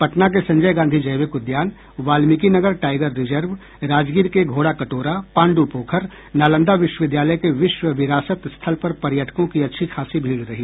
पटना के संजय गांधी जैविक उद्यान वाल्मीकिनगर टाईगर रिजर्व राजगीर के घोड़ा कटोरा पांडु पोखर नालंदा विश्वविद्यालय के विश्व विरासत स्थल पर पर्यटकों की अच्छी खासी भीड़ रही